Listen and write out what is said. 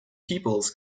peoples